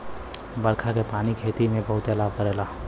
बरखा के पानी खेती में बहुते लाभ करेला